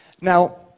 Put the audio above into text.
Now